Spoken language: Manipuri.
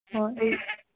ꯍꯣꯏ ꯑꯩ